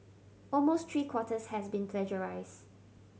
almost three quarters has been plagiarised